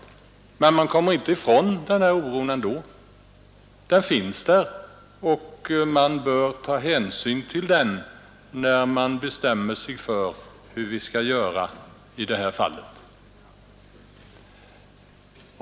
Men vi kommer inte ifrån den här oron — den finns där och vi bör ta hänsyn till den, när vi bestämmer oss för hur vi skall göra i det här fallet.